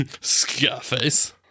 Scarface